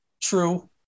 True